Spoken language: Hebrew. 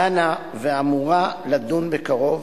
דנה ואמורה לדון בקרוב